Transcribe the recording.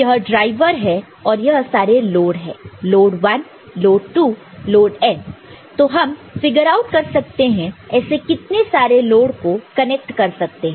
यह ड्राइवर है और यह सारे लोड है लोड 1 लोड2 लोड N तो हम फिगर आउट कर सकते हैं ऐसे कितने सारे लोड को कनेक्ट कर सकते हैं